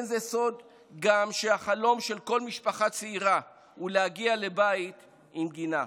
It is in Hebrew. גם אין זה סוד שהחלום של כל משפחה צעירה הוא להגיע לבית עם גינה.